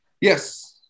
Yes